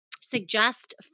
Suggest